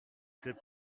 sait